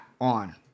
on